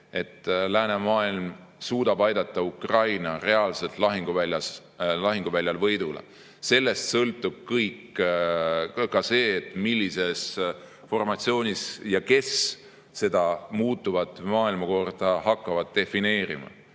läänemaailm suudab aidata Ukraina reaalselt lahinguväljal võidule. Sellest sõltub kõik, ka see, millises formatsioonis ja kes seda muutuvat maailmakorda hakkab defineerima